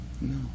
no